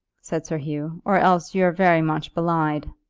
said sir hugh, or else you're very much belied.